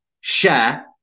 share